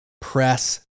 press